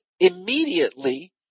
Immediately